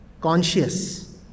conscious